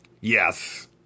Yes